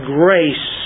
grace